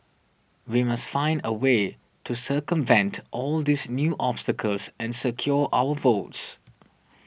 we must find a way to circumvent all these new obstacles and secure our votes